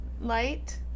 light